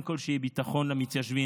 קודם כול, שיהיה מקום למתיישבים.